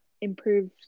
improved